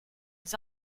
les